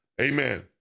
amen